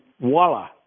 voila